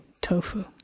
tofu